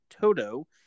Toto